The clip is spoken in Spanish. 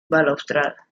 balaustrada